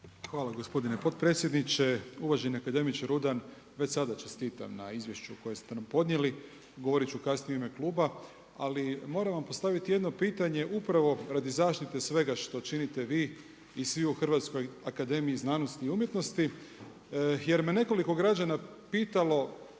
Hvala gospodine potpredsjedniče. Uvaženi akademiče Rudan, već sada čestitam na izvješću koje ste nam podnijeli, govorit ću kasnije u ime kluba. Ali moram vam postaviti jedno pitanje upravo radi zaštite svega što činite vi i svi u Hrvatskoj akademiji znanosti i umjetnosti jer me nekoliko građana pitalo